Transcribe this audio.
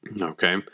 Okay